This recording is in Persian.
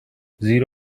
زیر